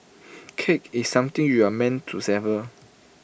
cake is something you are meant to savour